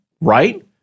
right